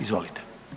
Izvolite.